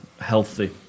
healthy